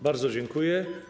Bardzo dziękuję.